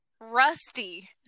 Rusty